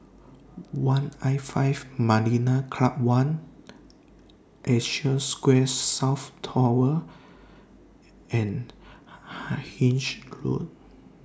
one'L five Marina Club one Asia Square South Tower and Hythe Road